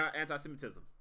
anti-semitism